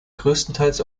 größtenteils